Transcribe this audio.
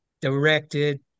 directed